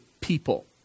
people